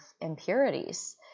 impurities